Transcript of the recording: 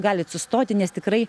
galit sustoti nes tikrai